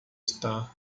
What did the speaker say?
está